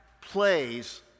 plays